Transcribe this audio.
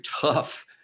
tough